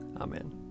Amen